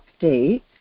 update